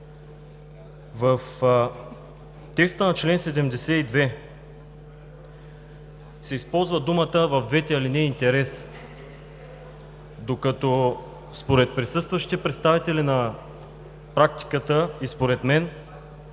В текста на чл. 72 се използва думата в двете алинеи „интерес“. Докато според присъстващите представители на практиката и според мен